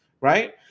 Right